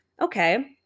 Okay